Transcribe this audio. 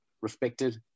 respected